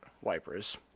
wipers